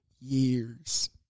years